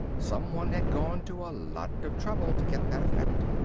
someone had gone to a lot of trouble to get that effect.